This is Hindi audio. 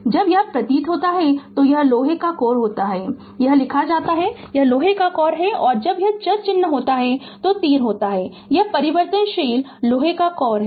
जब यह प्रतीक होता है तो यह लोहे का कोर होता है यह लिखा जाता है कि यह लोहे का कोर है जब यह चर चिन्ह होता है तो तीर होता है यह परिवर्तनशील लौह कोर होता है